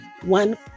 one